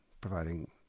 providing